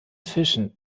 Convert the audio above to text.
fischen